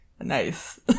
nice